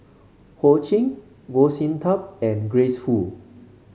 Ho Ching Goh Sin Tub and Grace Fu